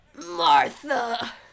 Martha